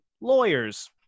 lawyers